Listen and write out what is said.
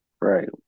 Right